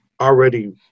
already